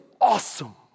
awesome